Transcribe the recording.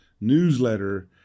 newsletter